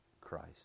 Christ